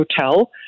Hotel